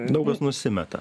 daug kas nusimeta